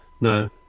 No